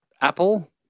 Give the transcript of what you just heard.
Apple